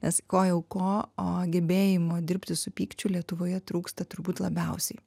nes ko jau ko o gebėjimo dirbti su pykčiu lietuvoje trūksta turbūt labiausiai